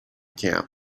camp